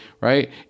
right